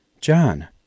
John